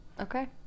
Okay